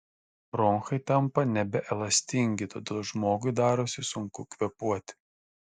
bronchai tampa nebeelastingi todėl žmogui darosi sunku kvėpuoti